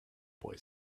boy